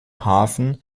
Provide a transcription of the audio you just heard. hafen